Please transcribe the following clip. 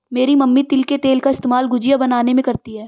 मेरी मम्मी तिल के तेल का इस्तेमाल गुजिया बनाने में करती है